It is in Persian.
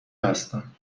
هستن